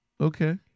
Okay